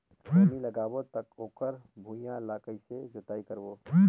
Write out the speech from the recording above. खैनी लगाबो ता ओकर भुईं ला कइसे जोताई करबो?